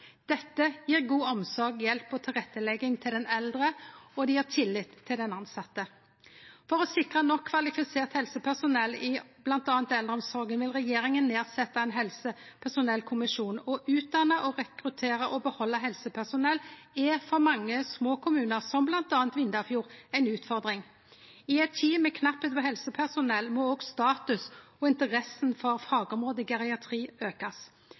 Dette gjev god omsorg, hjelp og tilrettelegging til den eldre, og det gjev tillit til den tilsette. For å sikre nok kvalifisert helsepersonell i bl.a. eldreomsorga vil regjeringa setje ned ein helsepersonellkommisjon. Å utdanne, rekruttere og behalde helsepersonell er for mange små kommunar, som bl.a. Vindafjord, ei utfordring. I ei tid med knappleik på helsepersonell må òg statusen til og interessa for fagområdet geriatri